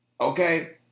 okay